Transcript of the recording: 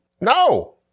No